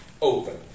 open